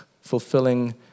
fulfilling